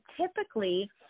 typically